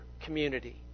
community